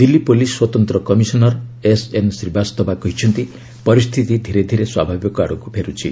Delhi police ସ୍ୱତନ୍ତ୍ର commissioner S N Srivastava କହିଛନ୍ତି ପରିସ୍ଥିତି ଧୀରେ ଧୀରେ ସ୍ୱାଭାବିକ ଆଡ଼କୁ ଫେରୁଛି